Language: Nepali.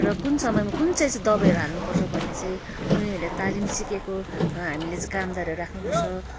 र कुन समयमा कुन चाहिँ चाहिँ दबाईहरू हाल्नुपर्छ भन्ने चाहिँ उनीहरूले तालिम सिकेको हामीले चाहिँ कामदार राख्नुपर्छ